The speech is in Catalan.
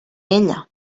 ella